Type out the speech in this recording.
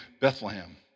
Bethlehem